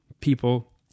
people